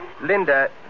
Linda